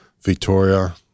Victoria